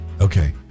Okay